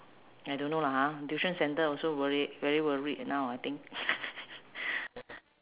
I don't know lah ha tuition centre also worried very worried now I think